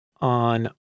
on